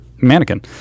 mannequin